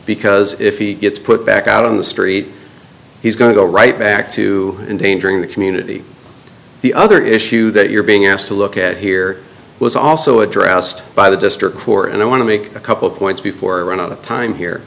because if he gets put back out on the street he's going to go right back to danger in the community the other issue that you're being asked to look at here was also addressed by the district court and i want to make a couple points before run out of time here